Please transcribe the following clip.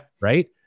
Right